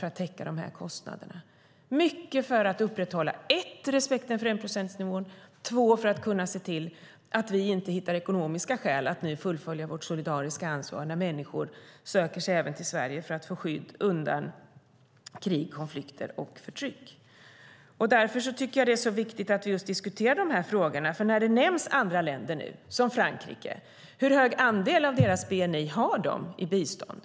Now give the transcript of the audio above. Detta gör vi mycket för att för att för det första upprätthålla respekten för enprocentsnivån och för det andra för att kunna se till att vi inte hittar ekonomiska skäl för att inte fullfölja vårt solidariska ansvar när människor söker sig till Sverige för att få skydd undan krig, konflikter och förtryck. När andra länder nu nämns, till exempel Frankrike, är det viktigt att diskutera dessa frågor. Hur hög andel av deras bni är bistånd?